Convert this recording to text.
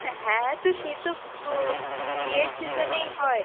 হ্যাঁ তো সে তো ও বিয়ের সিজেনেই হয়